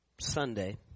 Sunday